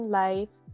life